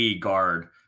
guard